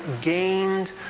gained